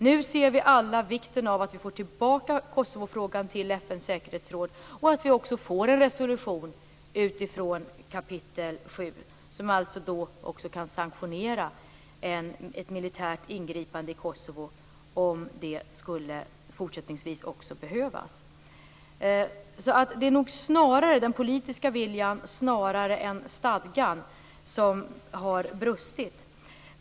Nu ser vi alla vikten av att vi får tillbaka Kosovofrågan till FN:s säkerhetsråd och att vi får en resolution utifrån kap. 7 som alltså kan sanktionera ett militärt ingripande i Kosovo om det också fortsättningsvis skulle behövas. Så det är nog den politiska viljan som har brustit snarare än stadgan.